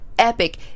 epic